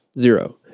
zero